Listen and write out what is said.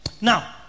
Now